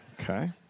Okay